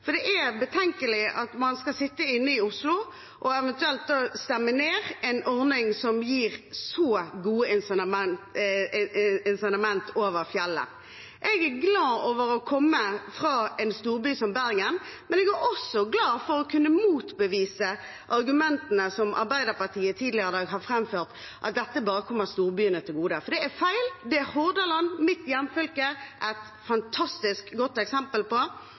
for det er betenkelig at man skal sitte inne i Oslo og eventuelt stemme ned en ordning som gir så gode incitament over fjellet. Jeg er glad for å komme fra en storby som Bergen, men jeg er også glad for å kunne motbevise argumentene som Arbeiderpartiet tidligere i dag har framført, at dette bare kommer storbyene til gode, for det er feil. Det er Hordaland, mitt hjemfylke, et fantastisk godt eksempel på.